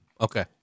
Okay